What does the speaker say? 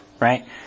right